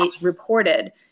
reported